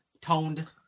toned